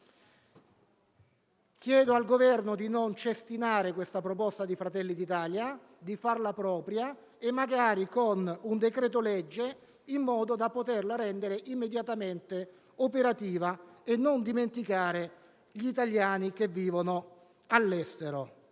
Chiedo al Governo di non cestinare questa proposta di Fratelli d'Italia, di farla propria, magari con un decreto-legge, in modo da poterla rendere immediatamente operativa e non dimenticare gli italiani che vivono all'estero.